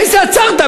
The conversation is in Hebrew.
איזה עצרת?